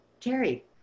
Terry